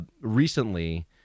recently